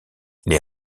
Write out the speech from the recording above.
les